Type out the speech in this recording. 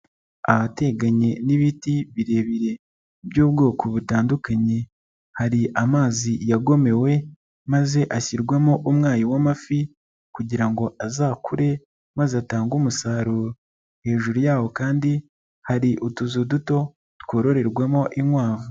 Ahateganye n'ibiti birebire by'ubwoko butandukanye, hari amazi yagomewe maze ashyirwamo umwayi w'amafi kugira ngo azakure maze atange umusaruro. Hejuru yawo kandi hari utuzu duto twororerwamo inkwavu.